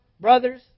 brothers